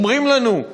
"אומרים לנו,